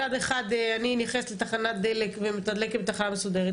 מצד אחד אני נכנסת לתחנת דלק ומתדלקת בתחנה מסודרת,